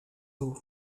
eaux